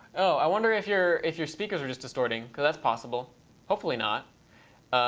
oh, i wonder if your if your speakers are just distorting, because that's possible hopefully not.